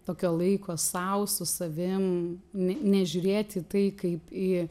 tokio laiko sau su savim ne nežiūrėti į tai kaip į